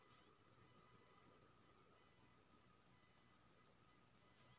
नमस्ते महोदय, हमरा हमर भैया के कुछो पाई भिजवावे के छै?